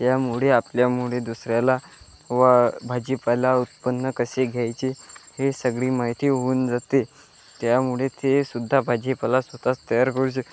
त्यामुळे आपल्यामुळे दुसऱ्याला व भाजीपाला उत्पन्न कसे घ्यायचे हे सगळी माहिती होऊन जाते त्यामुळे ते सुद्धा भाजीपाला स्वतःच तयार करू शक